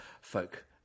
folk